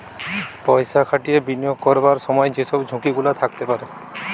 পয়সা খাটিয়ে বিনিয়োগ করবার সময় যে সব ঝুঁকি গুলা থাকতে পারে